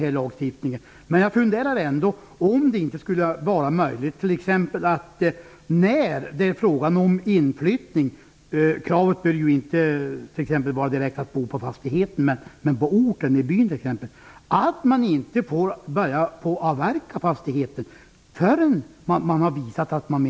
Men i de fall det finns krav på inflyttning undrar jag om det inte skulle vara möjligt att inte tillåta avverkning av fastigheten förrän förvärvaren har visat att han menar allvar. Kravet på inflyttning bör inte vara att man måste bo på själva fastigheten, däremot kanske på orten.